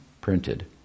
printed